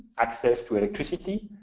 access to electricity.